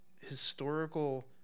historical